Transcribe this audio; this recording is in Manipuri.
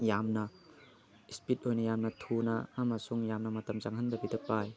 ꯌꯥꯝꯅ ꯁ꯭ꯄꯤꯠ ꯑꯣꯏꯅ ꯌꯥꯝꯅ ꯊꯨꯅ ꯑꯃꯁꯨꯡ ꯌꯥꯝꯅ ꯃꯇꯝ ꯆꯪꯍꯟꯗꯕꯤꯗ ꯄꯥꯏ